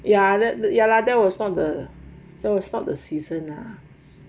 ya ya lah that was not the that was not the season lah